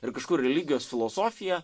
ir kažkur religijos filosofija